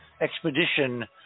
expedition